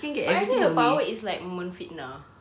but I think her power is like memfitnah